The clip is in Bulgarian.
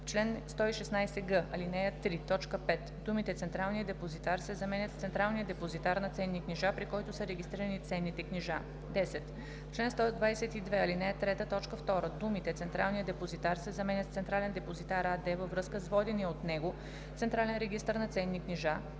чл. 116г, ал. 3, т. 5 думите „Централния депозитар“ се заменят с „централния депозитар на ценни книжа, при който са регистрирани ценните книжа“. 10. В чл. 122, ал. 3, т. 2 думите „Централния депозитар“ се заменят с „Централен депозитар“ АД във връзка с водения от него централен регистър на ценни книжа,